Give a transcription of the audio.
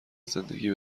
زندگی